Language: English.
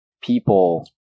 people